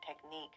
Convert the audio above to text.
technique